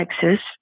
Texas